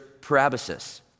parabasis